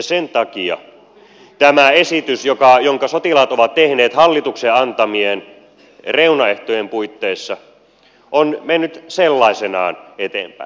sen takia tämä esitys jonka sotilaat ovat tehneet hallituksen antamien reunaehtojen puitteissa on mennyt sellaisenaan eteenpäin